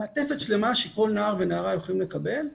מעטפת שלמה שכל נער ונערה יכולים לקבל,